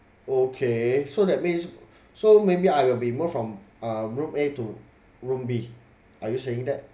okay so that means so maybe I will be moved from uh room A to room B are you saying that